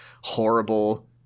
horrible